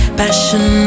passion